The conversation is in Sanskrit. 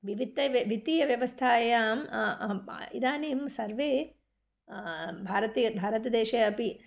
वित्त वे वित्तीयव्यवस्थायां इदानीं सर्वे भारते भारतदेशे अपि